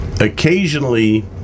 Occasionally